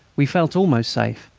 we felt almost safe.